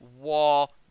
wall